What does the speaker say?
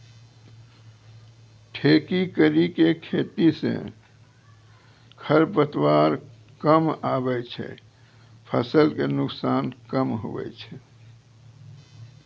ठेकी करी के खेती से खरपतवार कमआबे छै फसल के नुकसान कम हुवै छै